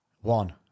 one